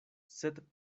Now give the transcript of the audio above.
sed